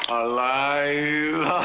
alive